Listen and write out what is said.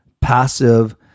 passive